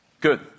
Good